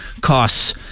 costs